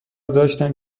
داشتند